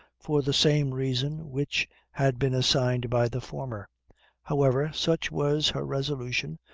for the same reason which had been assigned by the former however, such was her resolution,